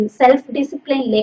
self-discipline